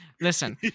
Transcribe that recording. Listen